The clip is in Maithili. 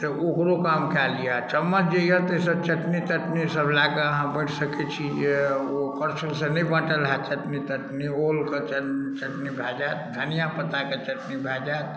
तऽ ओकरो काम कै लिअ चम्मच जाइए ताहिसँ चटनी तटनी सब लै कऽ अहाँ बाँटि सकैत छी जे ओ करछुल से नहि बाँटल होयत चटनी तटनी ओलके चटनी भए जायत धनिया पत्ताके चटनी भए जायत